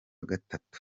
gatatu